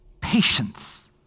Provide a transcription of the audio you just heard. patience